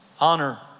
honor